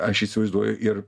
aš įsivaizduoju ir